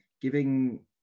giving